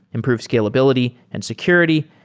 improve scalability and security,